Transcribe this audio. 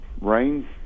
rain